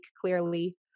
clearly